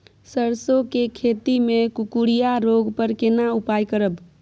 सरसो के खेती मे कुकुरिया रोग पर केना उपाय करब?